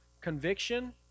Conviction